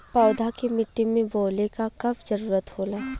पौधा के मिट्टी में बोवले क कब जरूरत होला